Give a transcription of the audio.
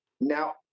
Now